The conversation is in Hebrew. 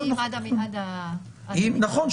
--- נכון,